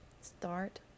start